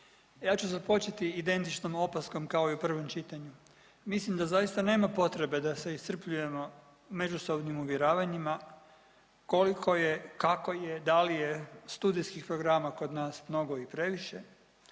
Ja ću započeti identičnom opaskom kao i u prvom čitanju. Mislim da zaista nema potrebe da se iscrpljujemo međusobnim uvjeravanjima koliko je, kako je, da li je studijskih programa kod nas mnogo i previše,